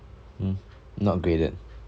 mm not graded